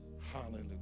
Hallelujah